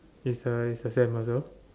is a is exam also